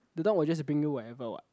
the dog will just bring you wherever what